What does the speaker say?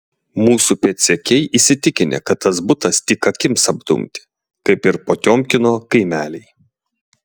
mūsų pėdsekiai įsitikinę kad tas butas tik akims apdumti kaip ir potiomkino kaimeliai